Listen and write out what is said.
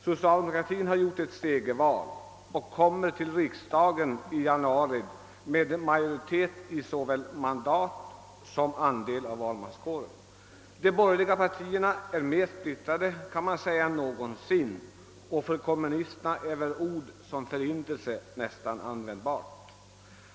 Socialdemokraterna har gjort ett segerval och kommer till riksdagen i januari nästa år med majoritet i såväl mandat som andel av valmanskåren, medan man kan säga att de borgerliga partierna är mer splittrade än någonsin, och för kommunisterna är ett ord som förintelse nästan användbart.